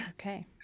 Okay